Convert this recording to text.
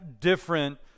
different